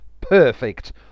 Perfect